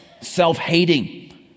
self-hating